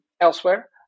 elsewhere